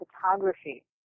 Photography